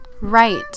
Right